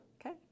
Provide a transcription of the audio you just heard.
Okay